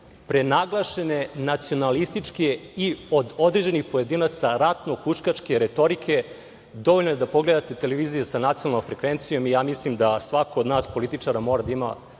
prenaglašene, nacionalističke i od određenih pojedinaca ratno huškačke retorike. Dovoljno je da pogledate televizije sa nacionalnom frekvencijom i ja mislim da svako od nas političara mora da ima